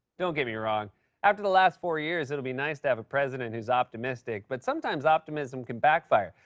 don't get me wrong after the last four years, it'll be nice to have a president who's optimistic. but sometimes optimism can backfire.